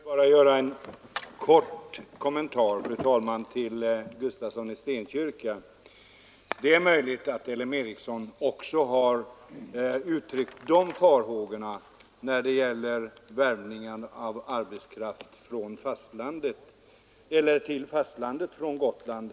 Fru talman! Jag vill bara göra en kort kommentar till herr Gustafssons i Stenkyrka inlägg. Det är möjligt att L M Ericsson också har uttryckt dessa farhågor när det gäller värvning av ung arbetskraft till fastlandet från Gotland.